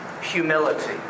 Humility